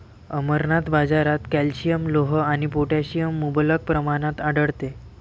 अमरनाथ, बाजारात कॅल्शियम, लोह आणि पोटॅशियम मुबलक प्रमाणात आढळते